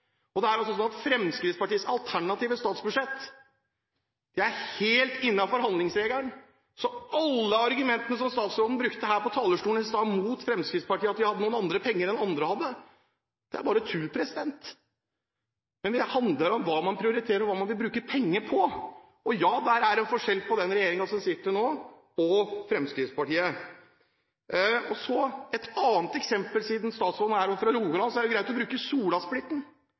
Fremskrittspartiets alternative statsbudsjett er helt innenfor handlingsregelen, så alle argumentene som statsråden brukte her på talerstolen i stad mot Fremskrittspartiet om at vi hadde noen andre penger enn andre, er bare tull. Men det handler om hva man prioriterer, og hva man vil bruke penger på. Ja, der er det en forskjell på den regjeringen som sitter nå, og Fremskrittspartiet. Et annet eksempel det er greit å bruke siden statsråden er fra Rogaland, er Solasplitten. Der bruker man altså masse penger, og bilistene må betale masse penger for å